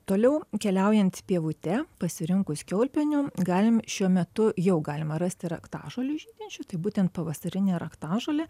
toliau keliaujant pievute pasirinkus kiaulpienių galim šiuo metu jau galima rasti raktažolių žydinčių tai būtent pavasarinė raktažolė